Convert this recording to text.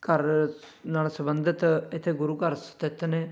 ਘਰ ਨਾਲ ਸੰਬੰਧਿਤ ਇੱਥੇ ਗੁਰੂ ਘਰ ਸਥਿਤ ਨੇ